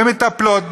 במטפלות,